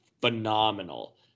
phenomenal